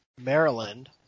Maryland